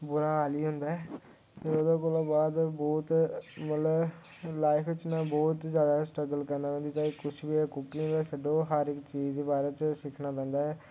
बुरा हाल ही होंदा ऐ फिर ओह्दे कोला बाद बहोत मतलब लाइफ च ना बहोत जादा स्ट्रगल करना पौंदी चाहे कुछ बी ऐ कुकिंग दे छड्डो हर इक चीज दे बारे च सिक्खना पेंदा ऐ